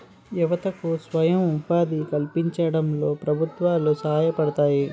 యువతకు స్వయం ఉపాధి కల్పించడంలో ప్రభుత్వాలు సహాయపడతాయి